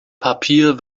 papier